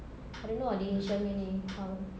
I don't know ah they didn't show me any how